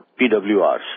PWRs